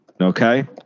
Okay